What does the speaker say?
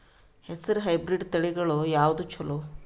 ಹೆಸರ ಹೈಬ್ರಿಡ್ ತಳಿಗಳ ಯಾವದು ಚಲೋ?